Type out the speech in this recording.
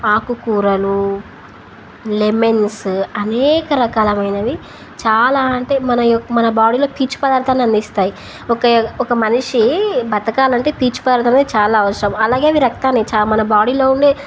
ఆకుకూరలు లెమన్స్ అనేక రకాలమైనవి చాలా అంటే మన యొక్క మన బాడీలో పీచ్చు పదార్థాన్ని అందిస్తాయి ఒక ఒక మనిషి బతకాల అంటే పీచ్చు పదార్థ అనేది చాలా అవసరం అలాగే అవి రక్తాన్ని చా మన బాడీలో ఉండే